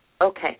Okay